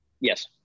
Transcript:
Yes